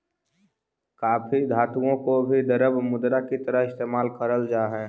काफी धातुओं को भी द्रव्य मुद्रा की तरह इस्तेमाल करल जा हई